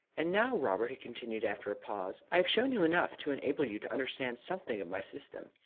and now, robert, he continued, after a pause, i have shown you enough to enable you to understand something of my system.